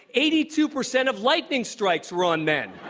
eighty two percent of lightning strikes were on men.